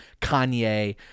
Kanye